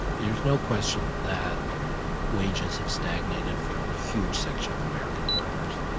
there's no question that wages have stagnated for a huge section of american workers,